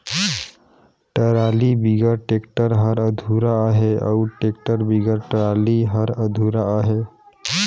trolley बिगर tractor हर अधुरा अहे अउ टेक्टर बिगर टराली हर अधुरा अहे